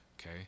Okay